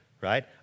right